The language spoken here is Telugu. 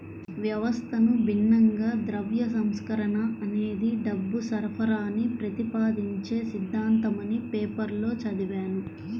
వ్యవస్థకు భిన్నంగా ద్రవ్య సంస్కరణ అనేది డబ్బు సరఫరాని ప్రతిపాదించే సిద్ధాంతమని పేపర్లో చదివాను